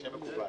שם מקובל.